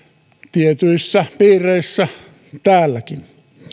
tietyissä piireissä täälläkin